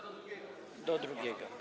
Do drugiego.